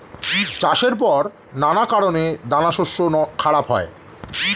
চাষের পর নানা কারণে দানাশস্য খারাপ হয়